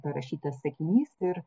parašytas sakinys ir